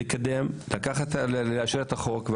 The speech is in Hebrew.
לקדם ולאשר את החוק.